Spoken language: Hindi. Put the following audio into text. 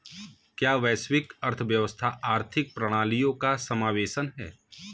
क्या वैश्विक अर्थव्यवस्था आर्थिक प्रणालियों का समावेशन है?